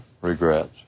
regrets